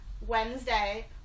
wednesday